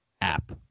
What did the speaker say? app